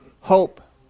hope